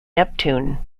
neptune